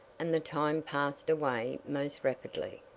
and the time passed away most rapidly.